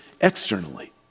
externally